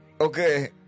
Okay